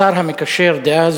השר המקשר דאז,